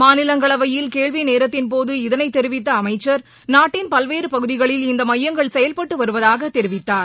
மாநிலங்களவையில் கேள்விநேரத்தின்போது இதனைதெரிவித்தஅமைச்சர் நாட்டின் பல்வேறுபகுதிகளில் இந்தமையங்கள் செயல்பட்டுவருவதாகதெரிவித்தார்